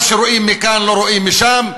מה שרואים מכאן לא רואים משם,